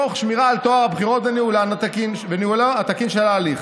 תוך שמירה על טוהר הבחירות וניהולו התקין של ההליך.